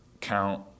count